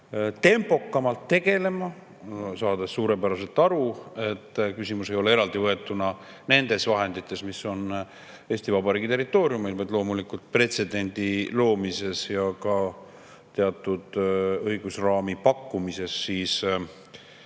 tempokamalt tegelema, saades suurepäraselt aru, et küsimus ei ole eraldivõetuna nendes vahendites, mis on Eesti Vabariigi territooriumil, vaid loomulikult pretsedendi loomises ja teatud õigusraami pakkumises teistele